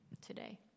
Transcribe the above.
today